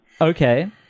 Okay